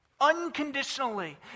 unconditionally